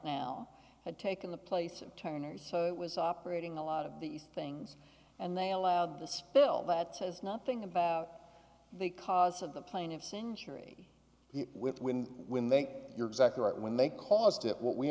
now had taken the place of turners so it was operating a lot of these things and they allowed the spill that says nothing about the cause of the plaintiff's injury with wind when they you're exactly right when they caused it w